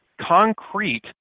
concrete